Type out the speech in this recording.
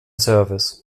service